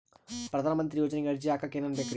ಪ್ರಧಾನಮಂತ್ರಿ ಯೋಜನೆಗೆ ಅರ್ಜಿ ಹಾಕಕ್ ಏನೇನ್ ಬೇಕ್ರಿ?